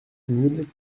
mille